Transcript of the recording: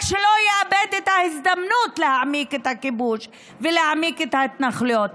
רק שלא יאבד את ההזדמנות להעמיק את הכיבוש ולהעמיק את ההתנחלויות.